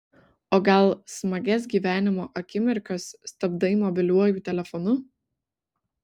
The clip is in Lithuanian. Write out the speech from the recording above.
o gal smagias gyvenimo akimirkas stabdai mobiliuoju telefonu